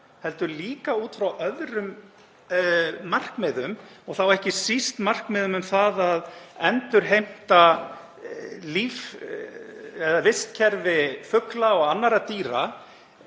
heldur líka út frá öðrum markmiðum, ekki síst þeim að endurheimta vistkerfi fugla og annarra dýra